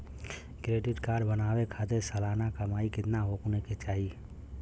Credit card बनवावे खातिर सालाना कमाई कितना होए के चाही?